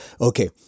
Okay